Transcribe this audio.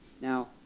Now